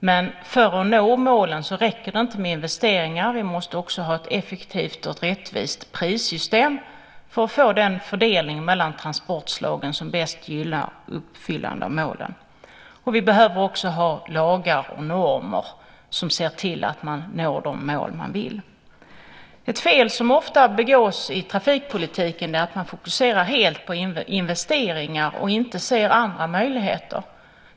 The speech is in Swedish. Men för att nå målen räcker det inte med investeringar. Vi måste också ha ett effektivt och rättvist prissystem för att få den fördelning mellan transportslagen som bäst gynnar uppfyllande av målen. Vi behöver också ha lagar och normer som ser till att vi når de mål vi vill ha. Ett fel som ofta begås i trafikpolitiken är att man fokuserar helt på investeringar och inte ser andra möjligheter.